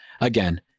again